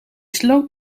sloot